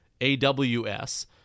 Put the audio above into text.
AWS